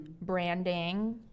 branding